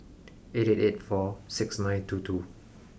eight eight eight four six nine two two